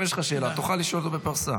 אם יש לך שאלה, תוכל לשאול אותו בפרסה.